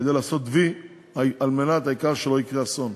כדי לעשות "וי" העיקר שלא יהיה אסון.